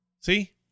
See